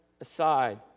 aside